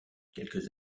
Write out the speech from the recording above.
quelques